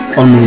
on